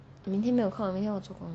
明天没有空明天我作工